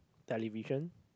television